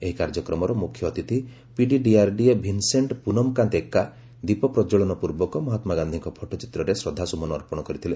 ଏହି କାର୍ଯ୍ୟକ୍ରମର ମୁଖ୍ୟ ଅତିଥି ପଡ଼ିଡ଼ିଆର୍ଡିଏ 'ଭୀନସେଙ୍କ ପୁନମକାନ୍ଡ ଏକ୍କା' ଦୀପ ପ୍ରକ୍ୱଳନପୂର୍ବକ ମହାତ୍କା ଗାକ୍ଷିଙ୍କ ଫଟୋ ଚିତ୍ରରେ ଶ୍ରଦ୍ଧାସୁମନ ଅର୍ପଣ କରିଥିଲେ